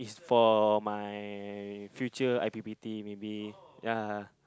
is for my future i_p_p_t maybe ya